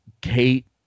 Kate